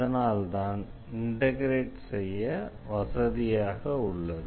அதனால் தான் இண்டெக்ரேட் செய்ய வசதியாக உள்ளது